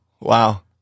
Wow